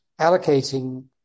allocating